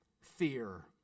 fear